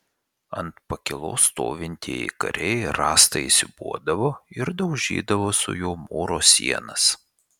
ant pakylos stovintieji kariai rąstą įsiūbuodavo ir daužydavo su juo mūro sienas